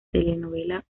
telenovela